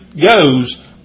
goes